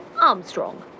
Armstrong